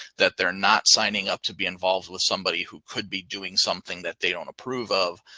that they're not signing up to be involved with somebody who could be doing something that they don't approve of.